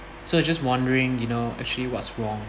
so I just wondering you know actually what's wrong